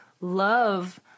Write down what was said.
love